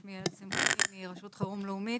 שמי יעל שמחאי מרשות החירום הלאומית.